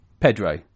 Pedro